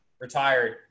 retired